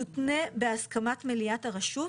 תותנה בהסכמת מליאת הרשות,